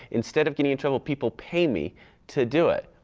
instead of getting in trouble, people pay me to do it.